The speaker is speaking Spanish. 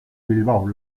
bilbao